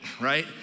right